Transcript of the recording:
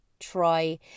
try